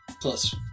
plus